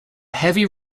heavy